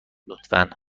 لطفا